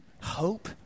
hope